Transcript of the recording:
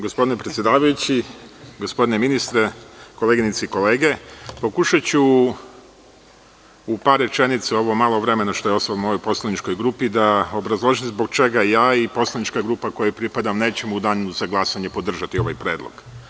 Gospodine predsedavajući, gospodine ministre, koleginice i kolege, pokušaću u par rečenica u ovo malo vremena što je ostalo mojoj poslaničkoj grupi da obrazložim zbog čega ja i poslanička grupa kojoj pripadam nećemo u danu za glasanje podržati ovaj predlog.